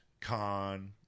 Khan